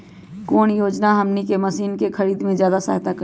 कौन योजना हमनी के मशीन के खरीद में ज्यादा सहायता करी?